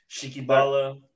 Shikibala